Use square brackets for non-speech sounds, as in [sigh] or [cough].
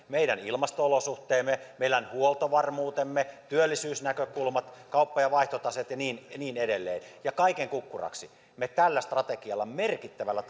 [unintelligible] meidän ilmasto olosuhteemme meidän huoltovarmuutemme työllisyysnäkökulmat kauppa ja vaihtotaseet ja niin niin edelleen ja kaiken kukkuraksi me tällä strategialla merkittävällä [unintelligible]